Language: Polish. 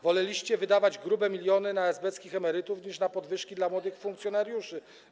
Woleliście wydawać grube miliony na esbeckich emerytów niż na podwyżki dla młodych funkcjonariuszy.